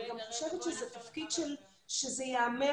אני חושבת שזה תפקיד המערכת זה צריך להיאמר